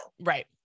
Right